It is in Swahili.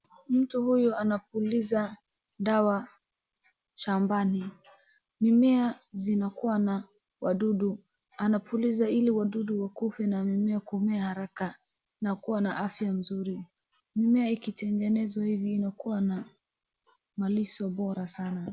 Mtu huyu anapuliza dawa shambani mimea zinakua na wadudu anapuliza ili wadudu wakufe na mimea kumea haraka na kuwa na afya nzuri mimea ikitengenezwa hivi inakua na malisho bora sana.